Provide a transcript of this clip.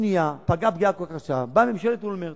השנייה פגעה פגיעה כל כך קשה, באה ממשלת אולמרט